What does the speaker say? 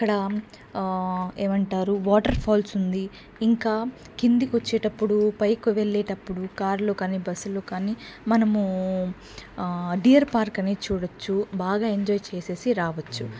ఏమంటారు water falls ఉంది ఇంకా కిందికొచ్చేటప్పుడు పైకివెళ్ళేటప్పుడు కార్ లో కానీ బస్లో కానీ మనము డియర్ పార్క్ అని చూడచ్చు బాగా ఎంజాయ్ చేసేసి రావచ్చు